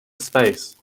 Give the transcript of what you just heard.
space